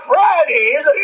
Friday's